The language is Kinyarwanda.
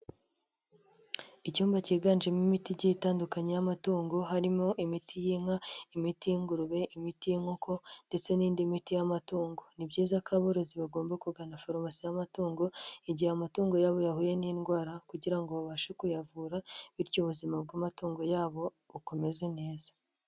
Icyumba kiganjemo imiti igiye itandukanye y'amatungo harimo imiti y'inka, imiti y'ingurube, imiti y'inkoko ndetse n'indi miti y'amatungo. Ni byiza ko aborozi bagomba kugana farumasi y'amatungo igihe amatungo yabo yahuye n'indwara kugira ngo babashe kuyavura, bityo ubuzima bw'amatungo yabo bukomeze neza.